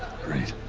great.